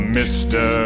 mr